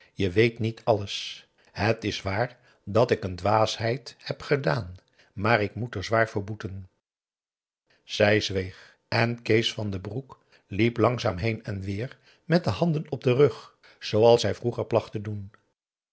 je weet niet alles het is waar dat ik een dwaasheid heb gedaan maar ik moet er zwaar voor boeten zij zweeg en kees van den broek liep langzaam heen en weer met de handen op den rug zooals hij vroeger placht te doen